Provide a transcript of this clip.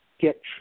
get